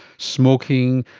smoking,